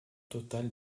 total